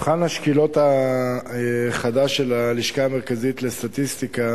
מבחן השקילות החדש של הלשכה המרכזית לסטטיסטיקה